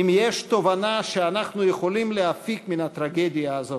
אם יש תובנה שאנחנו יכולים להפיק מן הטרגדיה הזאת,